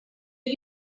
are